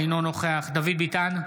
אינו נוכח דוד ביטן,